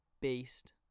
beast